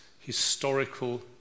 historical